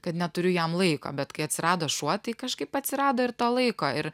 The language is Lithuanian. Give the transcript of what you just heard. kad neturiu jam laiko bet kai atsirado šuo tai kažkaip atsirado ir to laiko ir